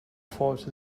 fault